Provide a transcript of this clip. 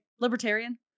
libertarian